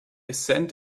cent